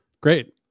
Great